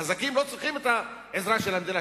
החזקים לא צריכים את העזרה של המדינה,